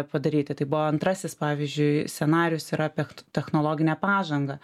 padaryti tai buvo antrasis pavyzdžiui scenarijus yra apie ch technologinę pažangą